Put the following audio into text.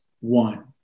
one